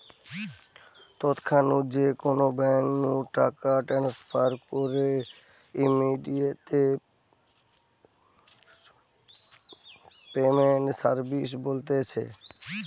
তৎক্ষণাৎ যে কোনো বেঙ্ক নু টাকা ট্রান্সফার কে ইমেডিয়াতে পেমেন্ট সার্ভিস বলতিছে